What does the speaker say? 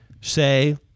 say